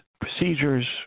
procedures